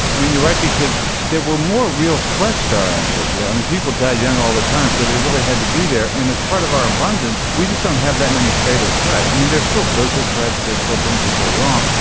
i mean, you're right, because there were more real threats to our ancestors. yeah i mean, people die young all the time, so they really had to be there. and as part of our abundance, we just don't have that many fatal threats. i mean, there's still social threads. there's still things that go wrong,